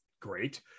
great